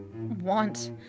want